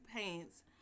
pants